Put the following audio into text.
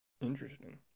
Interesting